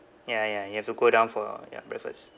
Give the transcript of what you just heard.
ya ya you have to go down for your breakfast